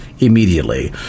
immediately